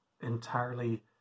entirely